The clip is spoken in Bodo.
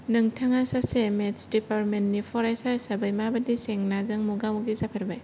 नोंथाङा सासे मेटस डिपारमेन्ट नि फरायसा हिसाबै माबादि जेंनाजों मोगा मोगि जाफेरबाय